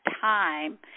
time